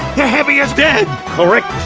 yeah heavy is dead! correct!